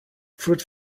fruit